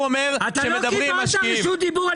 הוא אומר שמדברים עם משקיעים --- אתה לא קיבלת רשות דיבור,